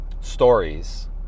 stories